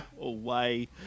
away